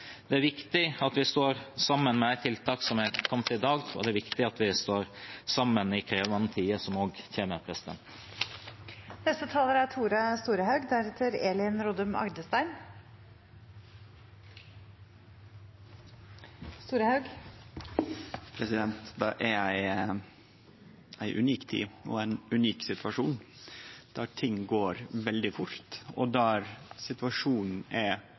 Det er viktig at vi står sammen om de tiltakene som er kommet i dag, og det er viktig at vi står sammen i de krevende tider som også kommer. Det er ei unik tid og ein unik situasjon, der ting går veldig fort, og der situasjonen er